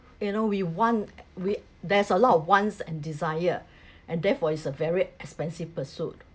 you know we want we there's a lot of wants and desires and therefore it's a very expensive pursuit